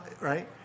right